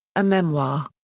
a memoir.